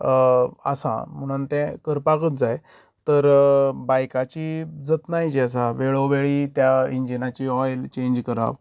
आसा म्हणून करपाक ते करपाकूच जाय तर बायकाची जतनाय जी आसा वेळोवेळी त्या इंजिनाची ऑयल चेंज करप